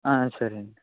సరే అండి